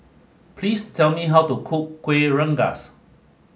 please tell me how to cook Kuih Rengas